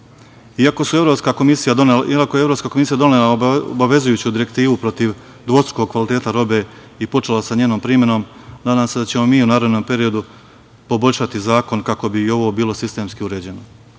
je Evropska komisija donela obavezujuću direktivu protiv dvostrukog kvaliteta robe i počela sa njenom primenom, nadam se da ćemo mi u narednom periodu poboljšati zakon kako bi i ovo bilo sistemski uređeno. Svakako,